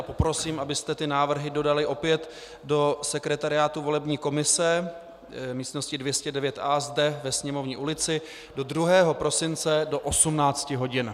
Poprosím, abyste ty návrhy dodali opět do sekretariátu volební komise, místnosti 209A zde ve Sněmovní ulici, do 2. prosince do 18 hodin.